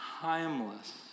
timeless